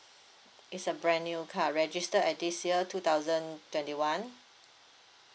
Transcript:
it's a brand new car register at this year two thousand twenty one